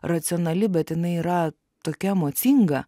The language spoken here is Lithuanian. racionali bet jinai yra tokia emocinga